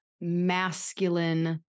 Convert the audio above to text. masculine